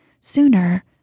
sooner